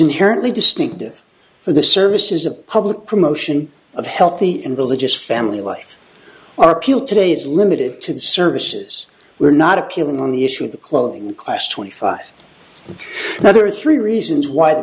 inherently distinctive for the service is a public promotion of healthy and religious family life our people today is limited to the services we're not appealing on the issue of the clothing class twenty five another three reasons why the